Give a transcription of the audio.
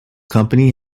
company